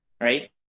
right